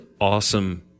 awesome